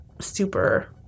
super